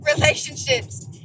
relationships